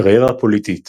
קריירה פוליטית